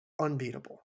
unbeatable